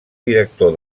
director